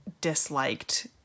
disliked